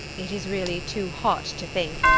it is really too hot to think,